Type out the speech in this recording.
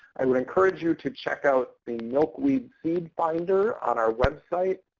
i would encourage you to check out the milkweed seed finder on our website.